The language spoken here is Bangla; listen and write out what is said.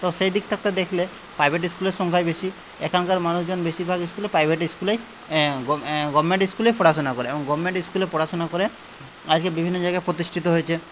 তো সেইদিক থেকে দেখলে প্রাইভেট স্কুলের সংখ্যাই বেশি এখানকার মানুষজন বেশিরভাগ স্কুলে প্রাইভেট স্কুলেই গভর্নমেন্ট স্কুলেই পড়াশুনা করে এবং গভর্নমেন্ট স্কুলে পড়াশুনা করে আজকে বিভিন্ন জায়গায় প্রতিষ্ঠিত হয়েছে